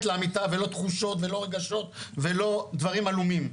לאמיתה ולא תחושות ולא רגשות ולא דברים עלומים,